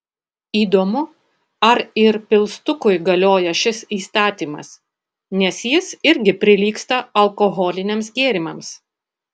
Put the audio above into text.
įdomu ar ir pilstukui galioja šis įstatymas nes jis irgi prilygsta alkoholiniams gėrimams